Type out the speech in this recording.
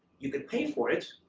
you could pay for it,